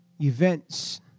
events